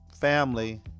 family